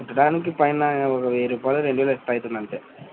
కుట్టడానికి పైన వెయ్యి రూపాయలు రెండు వేలు అట్ట అవుతుంది అంతే